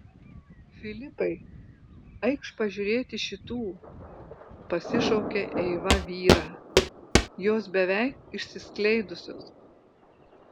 filipai eikš pažiūrėti šitų pasišaukė eiva vyrą jos beveik išsiskleidusios